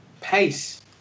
Pace